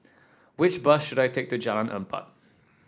which bus should I take to Jalan Empat